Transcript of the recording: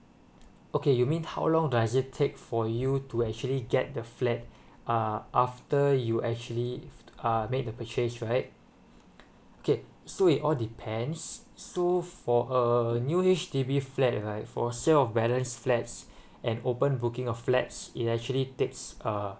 okay you mean how long does it take for you to actually get the flat ah after you actually ah make the purchase right okay so it all depends s~ for err new H_D_B flat right for sale of balance flats an open booking of flats it actually takes uh